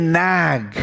nag